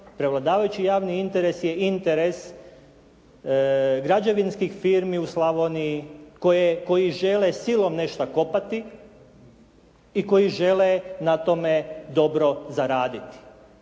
prevladavajući javni interes je interes građevinskih firmi u Slavoniji koji žele silom nešto kopati i koji žele na tome dobro zaraditi.